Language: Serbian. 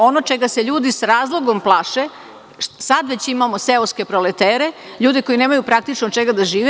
Ono čega se ljudi s razlogom plaše, sad već imamo seoske proletere, ljude koji nemaju praktično od čega da žive.